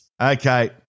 Okay